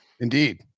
Indeed